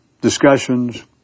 discussions